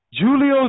Julio